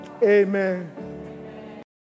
Amen